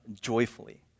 joyfully